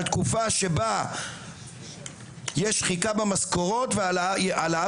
דווקא בתקופה שבה יש שחיקה במשכורות והעלאה